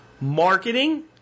Marketing